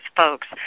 folks